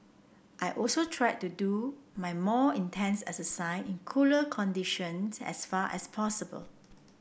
I also try to do my more intense exercise in cooler conditions as far as possible